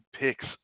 picks